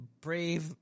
brave